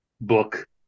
book